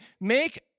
make